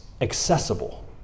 accessible